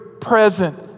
present